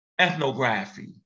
ethnography